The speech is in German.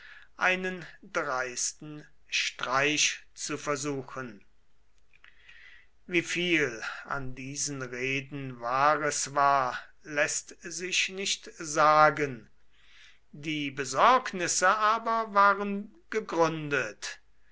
einer dreisten streich zu versuchen wieviel an diesen reden wahres war läßt sich nicht sagen die besorgnisse aber waren gegründet